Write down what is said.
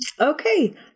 Okay